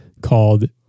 called